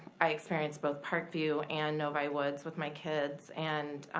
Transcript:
i experienced both parkview and novi woods with my kids and